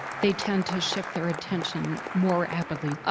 they tend to shift their attention more rapidly.